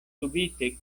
subite